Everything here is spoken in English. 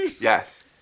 Yes